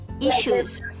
issues